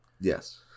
Yes